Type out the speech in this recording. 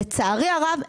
לצערי הרב,